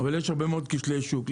אבל יש הרבה מאוד כשלי שוק.